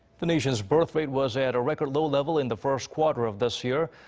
the nation's birthrate was at a record-low level in the first quarter of this year.